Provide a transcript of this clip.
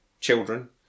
children